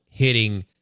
hitting